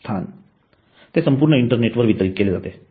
स्थान ते संपूर्ण इंटरनेटवर वितरीत केले जाते